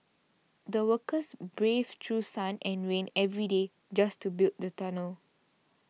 the workers braved through sun and rain every day just to build the tunnel